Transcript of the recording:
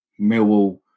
Millwall